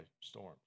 storms